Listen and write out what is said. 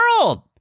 world